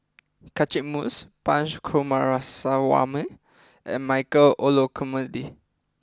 Catchick Moses Punch Coomaraswamy and Michael Olcomendy